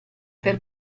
per